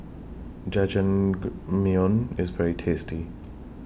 Jajangmyeon IS very tasty